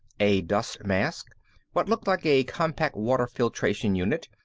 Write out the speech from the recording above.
a dust mask, what looked like a compact water-filtration unit,